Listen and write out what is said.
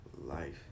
life